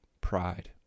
pride